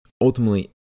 ultimately